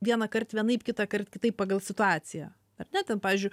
vienąkart vienaip kitąkart kitaip pagal situaciją ar ne ten pavyzdžiui